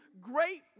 great